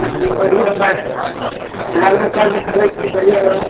चलु बढ़िआँ बात धर्म कर्म करैत छी बढ़िआँ बात